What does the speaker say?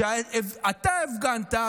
כשאתה הפגנת,